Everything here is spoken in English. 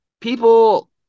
People